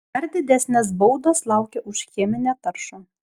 dar didesnės baudos laukia už cheminę taršą